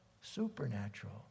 supernatural